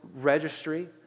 registry